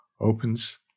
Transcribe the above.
opens